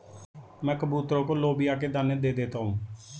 मैं कबूतरों को लोबिया के दाने दे देता हूं